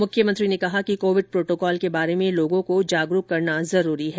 मुख्यमंत्री ने कहा कि कोविड प्रोटोकॉल के बारे में लोगों को जागरूक किया जाना जरूरी है